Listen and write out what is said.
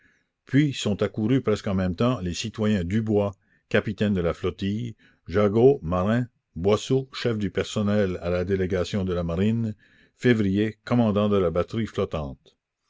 puis sont accourus presque en même temps les citoyens dubois capitaine de la flottille jagot marin boisseau chef du personnel à la délégation de la marine février commandant de la batterie flottante